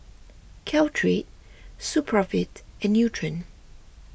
Caltrate Supravit and Nutren